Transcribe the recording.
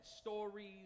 stories